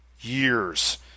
years